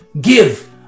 give